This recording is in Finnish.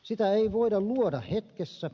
sitä ei voida luoda hetkessä